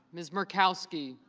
ms. makowski